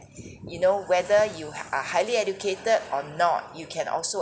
you know whether you are highly educated or not you can also